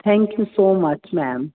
thank you so much madam